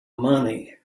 money